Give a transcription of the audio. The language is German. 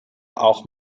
auch